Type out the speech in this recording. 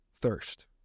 thirst